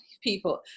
people